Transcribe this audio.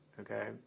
okay